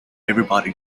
everybody